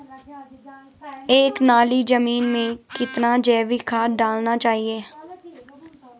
एक नाली जमीन में कितना जैविक खाद डालना चाहिए?